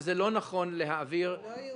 -- שזה לא נכון להעביר -- זה לא יאומן.